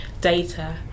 data